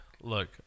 look